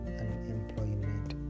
unemployment